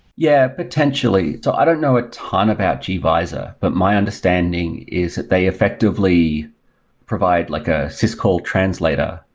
yeah, potentially. so i don't know a ton about gvisor, but my understanding is that they effectively provide like a syscall translator,